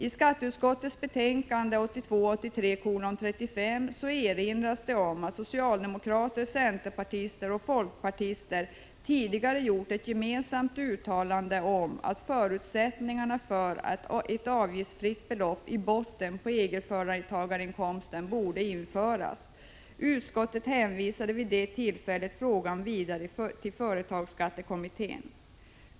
I skatteutskottets betänkande 1982/83:35 erinras det om att socialdemokrater, centerpartister och folkpartister tidigare gjort ett gemensamt uttalande om att förutsättningarna för ett avgiftsfritt belopp i botten av egenföretagarinkomsten borde införas. Utskottet hänvisade vid det tillfället frågan till företagsskattekommittén.